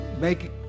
make